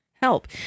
help